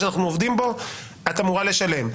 את אמורה לשלם.